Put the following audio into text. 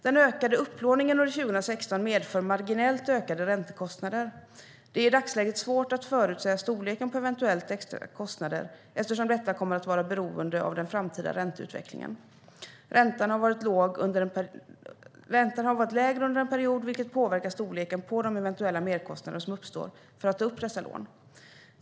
Den ökade upplåningen under 2016 medför marginellt ökade räntekostnader. Det är i dagsläget svårt att förutsäga storleken på eventuella extra kostnader eftersom dessa kommer att vara beroende av den framtida ränteutvecklingen. Räntan har varit lägre under en period, vilket påverkar storleken på de eventuella merkostnader som uppstår för att ta upp dessa lån.